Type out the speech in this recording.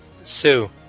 Sue